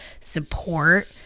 support